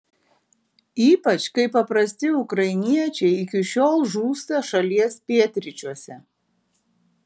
ypač kai paprasti ukrainiečiai iki šiol žūsta šalies pietryčiuose